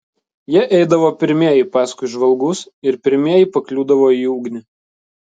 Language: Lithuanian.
jie eidavo pirmieji paskui žvalgus ir pirmieji pakliūdavo į ugnį